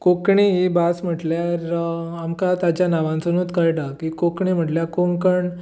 कोंकणी ही भास म्हटल्यार आमकां ताच्या नांवासुनूच कळटा की कोंकणी म्हटल्यार कोंकण